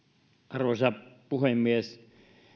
arvoisa puhemies